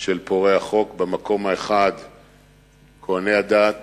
של פורעי החוק, במקום אחד כוהני הדת